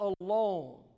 alone